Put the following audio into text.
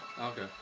Okay